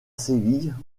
séville